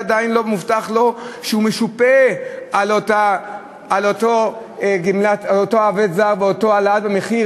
עדיין לא מובטח לו שהוא משופה על אותו עובד זר ועל אותה העלאה במחיר,